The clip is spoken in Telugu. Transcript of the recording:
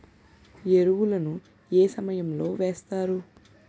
ఎరువుల ను ఏ సమయం లో వేస్తారు?